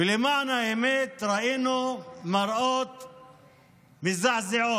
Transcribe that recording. ולמען האמת ראינו מראות מזעזעים: